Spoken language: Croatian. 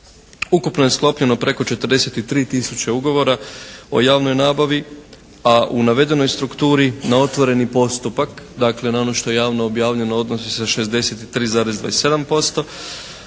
Ukupno je sklopljeno preko 43 tisuće ugovora o javnoj nabavi, a u navedenoj strukturi na otvoreni postupak dakle na ono što je javno objavljeno odnosi se 63,27%.